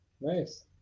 nice